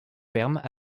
fermes